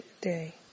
day